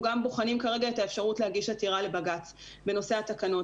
גם בוחנים כרגע את האפשרות להגיש עתירה לבג"צ בנושא התקנות.